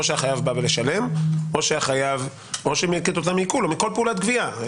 או שהחייב בא לשלם או שכתוצאה מעיקול או מכל פעולת גבייה.